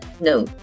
No